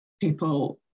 people